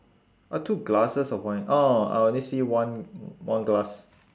oh two glasses of wine orh I only see one one glass